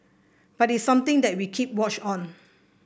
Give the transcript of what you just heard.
but it's something that we keep watch on